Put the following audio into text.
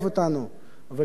וגם כמובן את ראש הממשלה,